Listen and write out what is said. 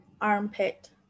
armpit